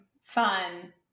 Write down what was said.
fun